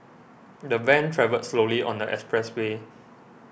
the van travelled slowly on the expressway